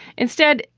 instead,